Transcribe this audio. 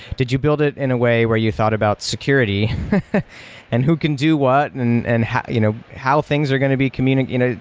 did you build it in a way where you thought about security and who can do what and and and how you know how things are going to be communicated?